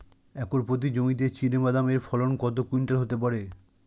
Acre প্রতি জমিতে চীনাবাদাম এর ফলন কত কুইন্টাল হতে পারে?